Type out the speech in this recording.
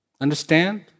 Understand